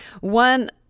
One